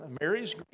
Mary's